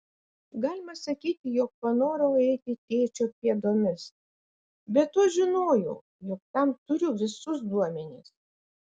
galima sakyti jog panorau eiti tėčio pėdomis be to žinojau jog tam turiu visus duomenis